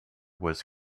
was